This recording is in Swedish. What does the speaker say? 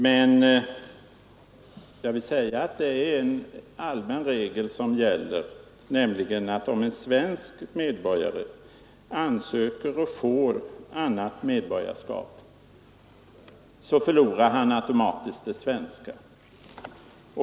Men det finns en allmän regel som säger att om en svensk medborgare ansöker om och får annat medborgarskap, så förlorar han automatiskt det svenska.